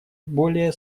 более